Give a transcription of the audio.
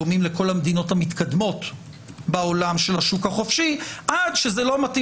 דומים לכל המדינות המתקדמות בעולם של השוק החופשי עד שזה לא מתאים